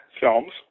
films